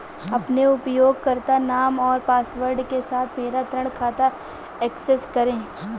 अपने उपयोगकर्ता नाम और पासवर्ड के साथ मेरा ऋण खाता एक्सेस करें